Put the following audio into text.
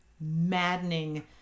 maddening